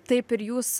taip ir jūs